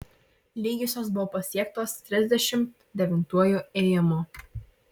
lygiosios buvo pasiektos trisdešimt devintuoju ėjimu